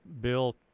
Bill